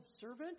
servant